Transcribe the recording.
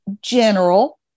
general